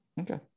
Okay